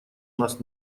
нас